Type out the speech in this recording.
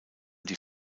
die